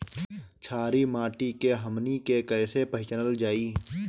छारी माटी के हमनी के कैसे पहिचनल जाइ?